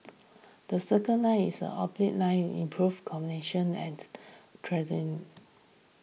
the Circle Line is orbital line improves connectivity and trad in